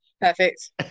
Perfect